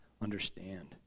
understand